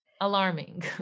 Alarming